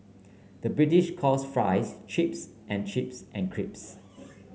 the British calls fries chips and chips and crisps